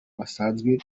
basanzwe